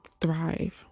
thrive